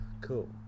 Cool